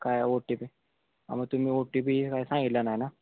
काय O T P आं मग तुम्ही ओ टी पी काय सांगितला नाही ना